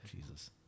jesus